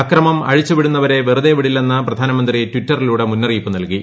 അക്രമം അഴിച്ചു വിടുന്നവരെ വെറുതെ വിടില്ലെന്ന് പ്രധാനമന്ത്രി ട്വിറ്ററിലൂടെ മുന്നറിയിപ്പ് നൽകി